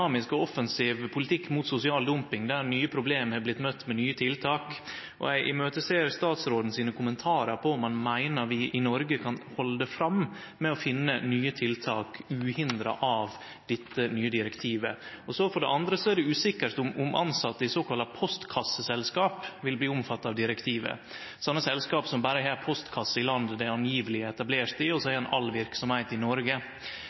og offensiv politikk mot sosial dumping der nye problem har vorte møtt med nye tiltak, og eg ser fram til statsråden sine kommentarar på om han meiner vi i Noreg kan halde fram med å finne nye tiltak uhindra av dette nye direktivet. Så er det usikkert om tilsette i såkalla postkasseselskap vil bli omfatta av direktivet – slike selskap som berre har ei postkasse i eit land der dei seier at dei er etablert, og så har ein all verksemd i Noreg.